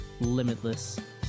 limitless